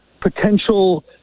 potential